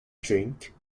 drink